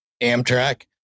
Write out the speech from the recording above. Amtrak